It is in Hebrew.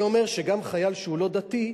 אני אומר שגם חייל שהוא לא דתי,